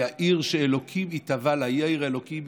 היא העיר שאלוקים התאווה לה, היא עיר אלוקים.